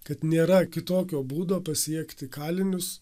kad nėra kitokio būdo pasiekti kalinius